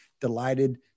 delighted